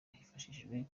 hifashishijwe